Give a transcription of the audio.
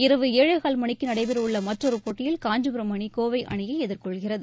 இரவு ஏழேகால் மணிக்கு நடைபெறவுள்ள மற்றொரு போட்டியில் காஞ்சிபுரம் அணி கோவை அணியை எதிர்கொள்கிறது